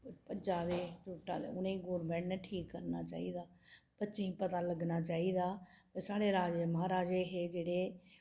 भज्जै दे त्रुट्टै दे उनें गोरमैंट ने ठीक करना चाहिदा बच्चें गी पता लग्गना चाहिदा साढ़े राजे महाराजे हे जेह्ड़े